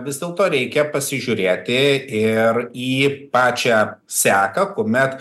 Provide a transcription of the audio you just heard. vis dėlto reikia pasižiūrėti ir į pačią seką kuomet